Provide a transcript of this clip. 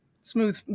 smooth